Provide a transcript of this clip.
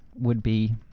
would be.